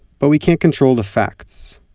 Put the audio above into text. but we can't control the facts,